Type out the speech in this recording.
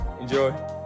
Enjoy